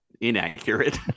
inaccurate